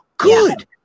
good